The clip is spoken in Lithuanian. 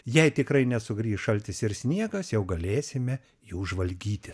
jei tikrai nesugrįš šaltis ir sniegas jau galėsime jų žvalgytis